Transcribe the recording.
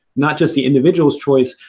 not just the individual's choice,